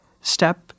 step